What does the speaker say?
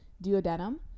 duodenum